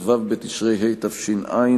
כ"ו בתשרי התש"ע,